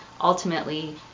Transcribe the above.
ultimately